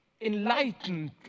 enlightened